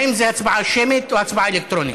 האם זו הצבעה שמית או הצבעה אלקטרונית?